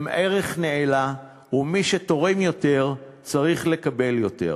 הוא ערך נעלה, ומי שתורם יותר צריך לקבל יותר.